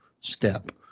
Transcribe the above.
step